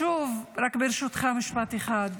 ברשותך רק משפט אחד,